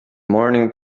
morning